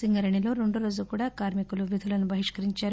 సింగరేణిలో రెండోరోజు కూడా కార్కికులు విధులను బహిష్కరించారు